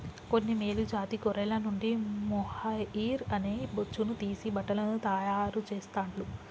కొన్ని మేలు జాతి గొర్రెల నుండి మొహైయిర్ అనే బొచ్చును తీసి బట్టలను తాయారు చెస్తాండ్లు